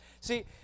See